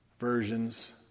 Versions